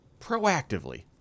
proactively